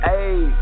Hey